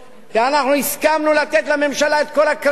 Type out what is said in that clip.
כי הסכמנו לתת לממשלה את כל הקרדיט.